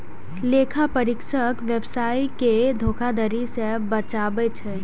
लेखा परीक्षक व्यवसाय कें धोखाधड़ी सं बचबै छै